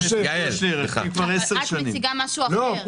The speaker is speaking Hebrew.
את מציגה משהו אחר.